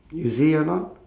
you see or not